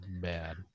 bad